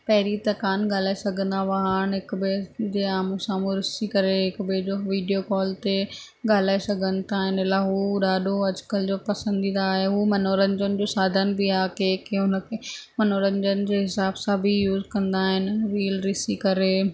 पहिरीं त कान ॻाल्हाए सघंदा हुआ हाणे हिकु ॿिएं जे आम्हूं साम्हूं ॾिसी करे हिकु ॿिएं जो वीडियो कॉल ते ॻाल्हाए सघनि था ऐं हिन लाइ हू ॾाढो अॼुकल्ह जो पसंदीदा आहे उहो मनोरंजन जो साधन बि आहे कंहिं कंहिं हुनखे मनोरंजन जे हिसाब सां बि यूज़ कंदा आहिनि रील ॾिसी करे